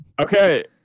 Okay